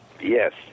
yes